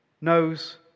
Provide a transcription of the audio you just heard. knows